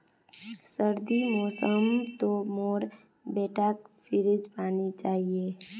सर्दीर मौसम तो मोर बेटाक फ्रिजेर पानी चाहिए